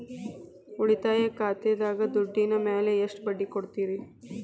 ಉಳಿತಾಯ ಖಾತೆದಾಗಿನ ದುಡ್ಡಿನ ಮ್ಯಾಲೆ ಎಷ್ಟ ಬಡ್ಡಿ ಕೊಡ್ತಿರಿ?